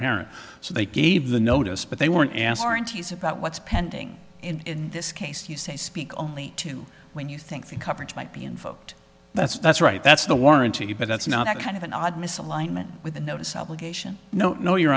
apparent so they gave the notice but they weren't asked aren't he's about what's pending in this case you say speak only to when you think the coverage might be invoked that's that's right that's the warranty but that's not that kind of an odd misalignment with a notice obligation no no you